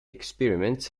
experiments